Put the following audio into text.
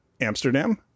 Amsterdam